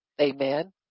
Amen